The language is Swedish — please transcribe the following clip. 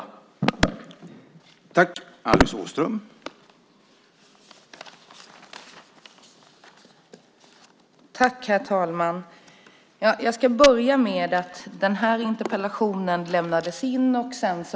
Då Hans Linde, som framställt interpellationen, anmält att han var förhindrad att närvara vid sammanträdet medgav talmannen att Alice Åström i stället fick delta i överläggningen.